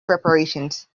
preparations